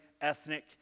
ethnic